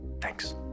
thanks